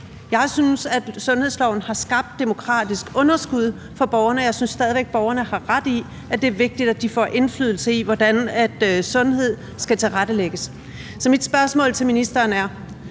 Jeg synes, at sundhedsloven har skabt demokratisk underskud for borgerne, og jeg synes stadig væk, at borgerne har ret i, at det er vigtigt, at de får indflydelse på, hvordan sundhedssystemet skal tilrettelægges. Så mit spørgsmål til ministeren er: